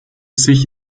sich